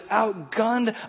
outgunned